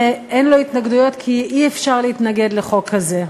אין לו התנגדויות כי אי-אפשר להתנגד לחוק כזה.